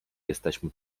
jesteśmy